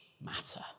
matter